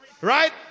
Right